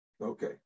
okay